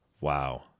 Wow